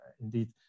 indeed